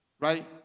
right